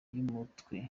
y’umutwe